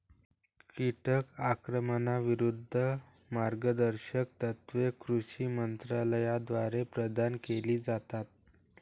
कीटक आक्रमणाविरूद्ध मार्गदर्शक तत्त्वे कृषी मंत्रालयाद्वारे प्रदान केली जातात